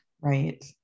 Right